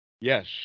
Yes